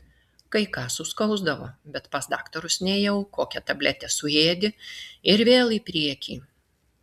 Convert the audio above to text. kai ką suskausdavo bet pas daktarus nėjau kokią tabletę suėdi ir vėl į priekį